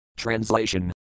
Translation